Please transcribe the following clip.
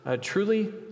Truly